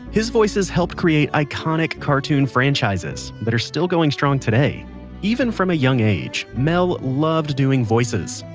his voices helped create iconic cartoon franchises that are still going strong today even from a young age, mel loved doing voices.